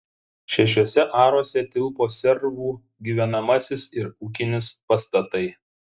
šešiuose aruose tilpo servų gyvenamasis ir ūkinis pastatai